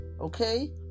Okay